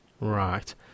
Right